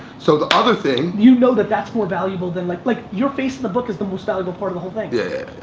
so the other thing you know that that's more valuable than like, like your face on the book is the most valuable part of the whole thing. yeah,